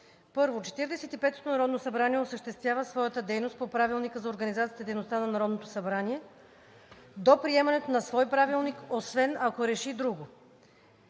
и петото народно събрание осъществява своята дейност по Правилника за организацията и дейността на Народното събрание до приемане на свой правилник, освен ако реши друго.